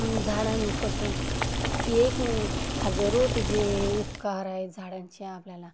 झाडांपासून एक नाही हजारो तेजे उपकार आहे झाडांचे आपल्याला